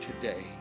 today